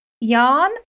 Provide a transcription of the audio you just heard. yarn